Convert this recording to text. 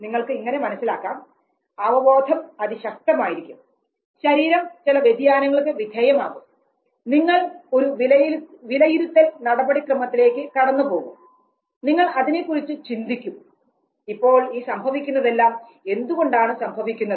നിങ്ങൾക്ക് ഇങ്ങനെ മനസ്സിലാക്കാം അവബോധം അതിശക്തമായിരിക്കും ശരീരം ചില വ്യതിയാനങ്ങൾക്ക് വിധേയമാകും നിങ്ങൾ ഒരു വിലയിരുത്തൽ നടപടിക്രമത്തിലേക്ക് കടന്നുപോകും നിങ്ങൾ അതിനെ കുറിച്ച് ചിന്തിക്കും ഇപ്പോൾ ഈ സംഭവിക്കുന്നതെല്ലാം എന്തുകൊണ്ടാണ് സംഭവിക്കുന്നത്